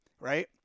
right